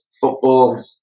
football